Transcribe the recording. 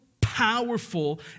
powerful